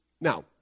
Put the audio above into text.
Now